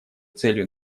целью